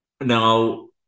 Now